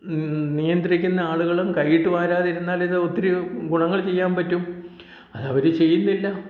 നി നിയന്ത്രിക്കുന്ന ആളുകളും കയ്യിട്ട് വാരാതിരുന്നാൽ ഇത് ഒത്തിരി ഗുണങ്ങൾ ചെയ്യാൻ പറ്റും അത് അവർ ചെയ്യുന്നില്ല